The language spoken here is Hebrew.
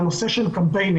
הנושא של קמפיינים.